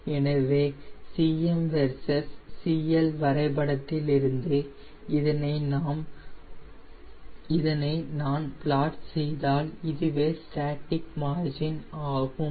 எனவே Cm versus CL வரைபடத்திலிருந்து இதனை நாம் பிளாட் செய்தால் இதுவே ஸ்டேட்டிக் மார்ஜின் ஆகும்